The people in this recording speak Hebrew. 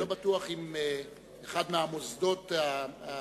אני לא בטוח אם אחד מהמוסדות הדתיים,